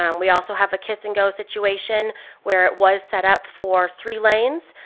um we also have a kiss and go situation where it was set up for three lanes.